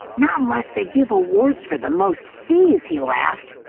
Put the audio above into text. not unless they give awards for the most cs! he laughed.